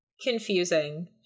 confusing